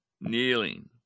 kneeling